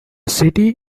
city